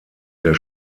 der